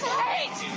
hate